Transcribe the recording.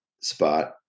spot